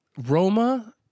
Roma